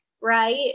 right